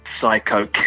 psycho